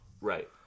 Right